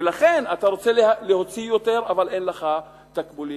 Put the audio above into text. ולכן אתה רוצה להוציא יותר אבל אין לך מספיק תקבולים.